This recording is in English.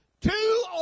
two